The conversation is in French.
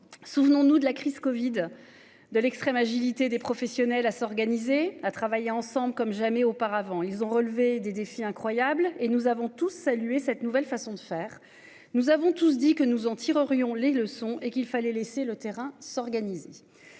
Souvenons-nous de la crise Covid. De l'extrême agilité des professionnels à s'organiser. À travailler ensemble comme jamais auparavant. Ils ont relevé des défis incroyables et nous avons tous salué cette nouvelle façon de faire. Nous avons tous dit que nous en tirerions les leçons et qu'il fallait laisser le terrain s'organiser.